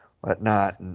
whatnot